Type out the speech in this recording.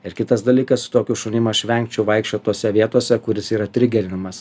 ir kitas dalykas su tokiu šunim aš vengčiau vaikščiot tose vietose kur jis yra trigerinamas